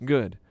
Good